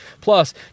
Plus